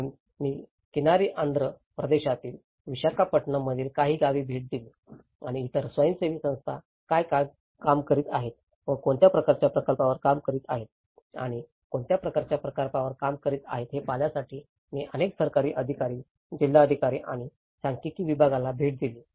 म्हणून मी किनारी आंध्र प्रदेशातील विशाखापट्टणम मधील काही गावे भेट दिली आणि इतर स्वयंसेवी संस्था काय काम करीत आहेत व कोणत्या प्रकारच्या प्रकल्पांवर काम करीत आहेत आणि कोणत्या प्रकारच्या प्रकल्पांवर काम करीत आहेत हे पाहण्यासाठी मी अनेक सरकारी अधिकारी जिल्हाधिकारी आणि सांख्यिकी विभागाला भेट दिली